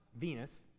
Venus